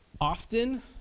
Often